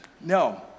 No